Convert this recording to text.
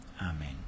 Amen